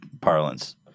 parlance